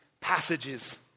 passages